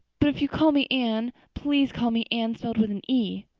but if you call me anne please call me anne spelled with an e.